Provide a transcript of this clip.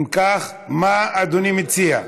אם כך, מה אדוני מציע?